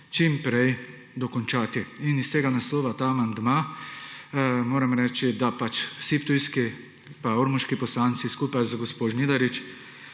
čim prej dokončati in iz tega naslova ta amandma moram reči, da vsi ptujski pa ormoški poslanci skupaj z gospo Žnidarič